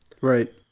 Right